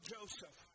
Joseph